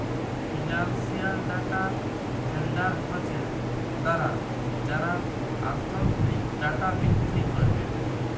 financial data vendor হছে তারা যারা আথ্থিক ডাটা বিক্কিরি ক্যারবেক